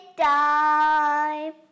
time